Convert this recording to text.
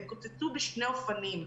הם קוצצו בשני אופנים: